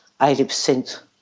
80%